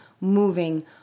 moving